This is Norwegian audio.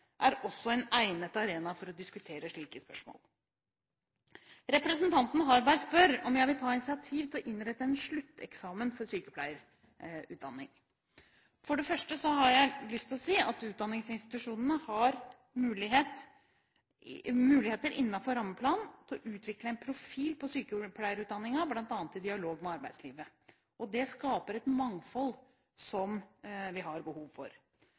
er også en egnet arena for å diskutere slike spørsmål. Representanten Harberg spør om jeg vil ta initiativ til å innrette en slutteksamen for sykepleierutdanningen. Jeg har lyst til å si at utdanningsinstitusjonene har muligheter innenfor rammeplanen til å utvikle en profil på sykepleierutdanningen bl.a. i dialog med arbeidslivet. Dette skaper et mangfold som vi har behov for.